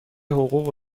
حقوق